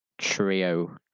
trio